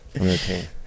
Okay